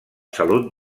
salut